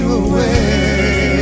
away